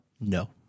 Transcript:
No